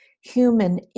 human